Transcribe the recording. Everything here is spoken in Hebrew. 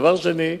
דבר שני,